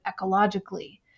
ecologically